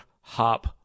hop